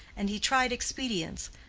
and he tried expedients,